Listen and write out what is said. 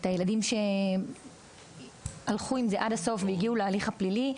את הילדים שהלכו עם זה עד סוף והגיעו להליך הפלילי,